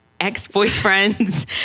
ex-boyfriend's